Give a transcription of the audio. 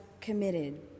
committed